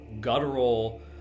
guttural